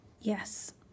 Yes